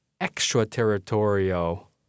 extraterritorial